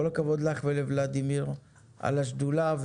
כל הכבוד לך ולוולדימיר על השדולה,